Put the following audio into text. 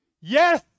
Yes